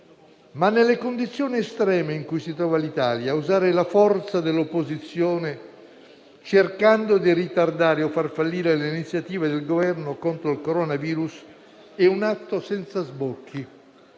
nelle condizioni estreme in cui si trova l'Italia, però, usare la forza dell'opposizione cercando di ritardare o far fallire le iniziative del Governo contro il coronavirus è un atto senza sbocchi.